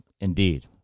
indeed